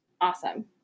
Awesome